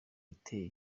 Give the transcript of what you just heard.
igitego